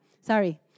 sorry